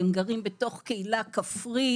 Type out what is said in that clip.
הם גרים בתוך קהילה כפרית